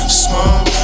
smoke